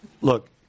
look